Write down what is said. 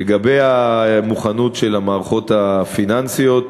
לגבי המוכנות של המערכות הפיננסיות,